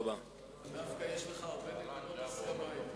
דווקא יש לך הרבה נקודות הסכמה אתו.